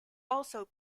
also